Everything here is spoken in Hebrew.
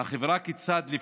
החברה כיצד לפעול.